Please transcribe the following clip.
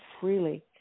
freely